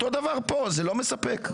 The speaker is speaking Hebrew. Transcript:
אותו הדבר פה, זה לא מספק.